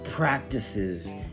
Practices